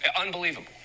Unbelievable